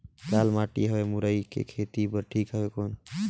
लाल माटी हवे मुरई के खेती बार ठीक हवे कौन?